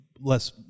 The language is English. less